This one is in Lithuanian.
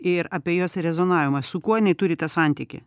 ir apie jos rezonavimą su kuo jinai turi tą santykį